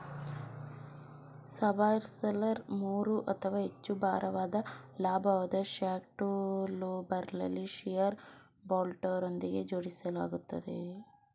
subsoiler ಮೂರು ಅಥವಾ ಹೆಚ್ಚು ಭಾರವಾದ ಲಂಬವಾದ ಶ್ಯಾಂಕ್ ಟೂಲ್ಬಾರಲ್ಲಿ ಶಿಯರ್ ಬೋಲ್ಟ್ಗಳೊಂದಿಗೆ ಜೋಡಿಸಲಾಗಿರ್ತದೆ